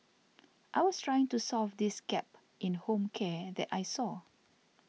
I was trying to solve this gap in home care that I saw